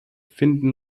finden